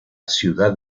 ciudad